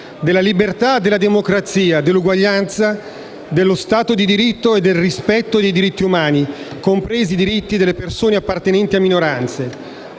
della libertà, della democrazia, dell'uguaglianza, dello Stato di diritto e del rispetto dei diritti umani, compresi i diritti delle persone appartenenti a minoranze».